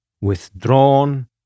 withdrawn